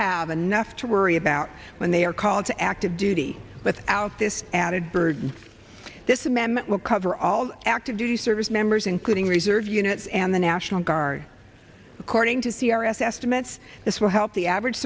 have enough to worry about when they are called to active duty but out this added burden this amendment will cover all active the service members including reserve units and the national guard according to c r s estimates this will help the average